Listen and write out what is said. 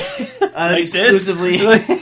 exclusively